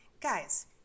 guys